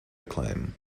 acclaim